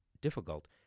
difficult